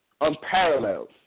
Unparalleled